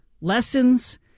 lessons